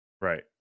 Right